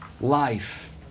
Life